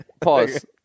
Pause